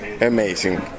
amazing